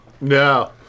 No